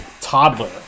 toddler